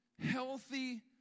healthy